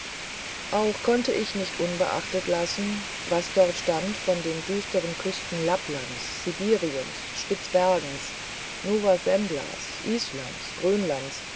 auch konnte ich nicht unbeachtet lassen was dort stand von den düsteren küsten lapplands sibiriens spitzbergens novazemblas islands